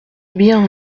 bien